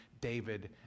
David